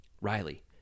Riley